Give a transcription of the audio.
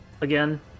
again